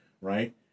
right